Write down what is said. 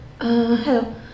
Hello